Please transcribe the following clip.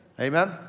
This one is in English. Amen